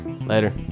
Later